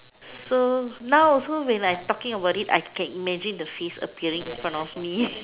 so now also when I talking about it I can imagine the face appearing in front of me